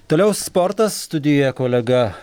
toliau sportas studijoje kolega